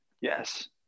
Yes